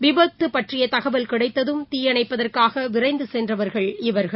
விபத்துபற்றியதகவல் கிடைத்ததும் தீயணைப்பதற்காகவிரைந்துசென்றவர்கள் இவர்கள்